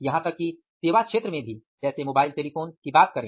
यहां तक कि सेवा क्षेत्र में भी जैसे मोबाइल टेलीफोन बात करें